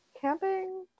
Camping